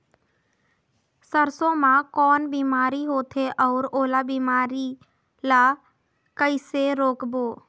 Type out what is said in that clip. सरसो मा कौन बीमारी होथे अउ ओला बीमारी ला कइसे रोकबो?